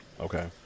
Okay